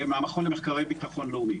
מהמכון למחקרי ביטחון לאומי.